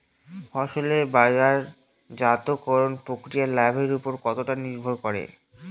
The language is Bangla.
ফসলের বাজারজাত করণ প্রক্রিয়া লাভের উপর কতটা নির্ভর করে?